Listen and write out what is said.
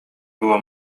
było